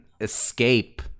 escape